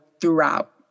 throughout